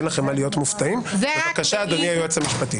ההצעה שאפשר